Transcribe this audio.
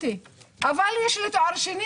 6 שקלים